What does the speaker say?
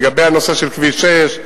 לגבי הנושא של כביש 6,